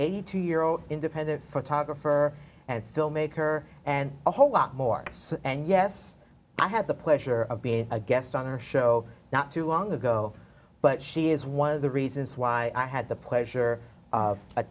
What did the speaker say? eighty two year old independent photographer and filmmaker and a whole lot more so and yes i had the pleasure of being a guest on our show not too long ago but she is one of the reasons why i had the pleasure of a